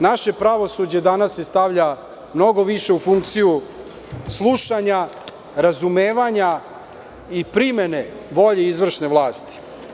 Naše pravosuđe danas se stavlja mnogo više u funkciju slušanja, razumevanja i primene bolje izvršne vlasti.